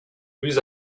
plus